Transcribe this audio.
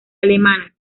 alemana